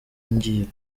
ngiye